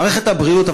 אבל מערכת הבריאות,